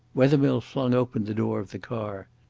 wethermill flung open the door of the car.